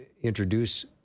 introduce